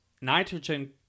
nitrogen